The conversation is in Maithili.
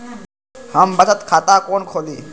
हम बचत खाता कोन खोली?